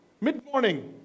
mid-morning